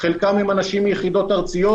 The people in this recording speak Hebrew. חלקם הם אנשים מיחידות ארציות,